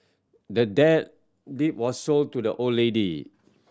the dad deed was sold to the old lady